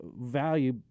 value